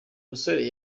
musore